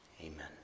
Amen